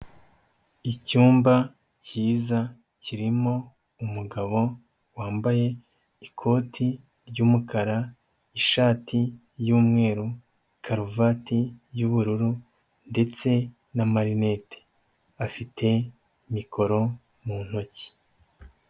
Icyumba cyiza kirimo umugabo wambaye ikoti ry'umukara, ishati y'umweru, karuvati y'ubururu ndetse n'amarinete, afite mikoro mu ntoki.